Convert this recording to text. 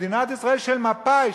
מדינת ישראל של מפא"י,